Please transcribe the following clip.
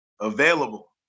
available